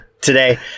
Today